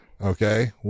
Okay